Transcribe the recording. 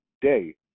day